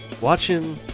Watching